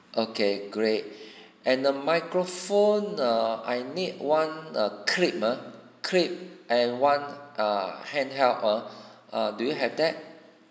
okay great and the microphone err I need one err clip ah clip and one err handheld ah err do you have that